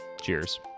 Cheers